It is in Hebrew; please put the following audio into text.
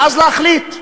ואז להחליט.